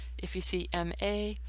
if you see m a,